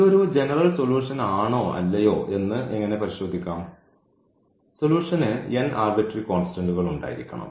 ഇത് ഒരു general solution ആണോ അല്ലയോ എന്ന് എങ്ങനെ പരിശോധിക്കാം സൊലൂഷന് ആർബിട്രറി കോൺസ്റ്റന്റ്കൾ ഉണ്ടായിരിക്കണം